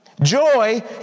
Joy